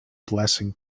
blessing